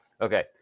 Okay